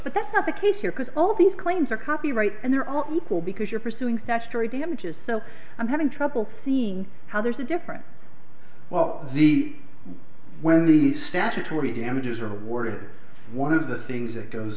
but that's not the case here because all these claims are copyright and they're all equal because you're pursuing statutory damages so i'm having trouble see how there's a difference while the when the statutory damages are awarded one of the things that goes